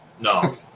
no